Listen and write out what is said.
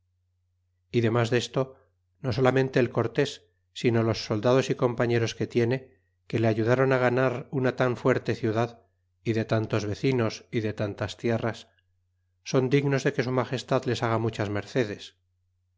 y demás desto no solamente el cortés sino los soldados y compañeros que tiene que le aya dáron ganar una tan fuerte ciudad y de tantos vecinos y de tantas tierras son dignos de que su magestad les haga muchas mercedes